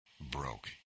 broke